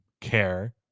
care